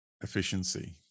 efficiency